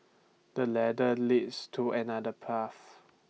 this ladder leads to another path